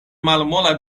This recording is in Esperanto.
malmola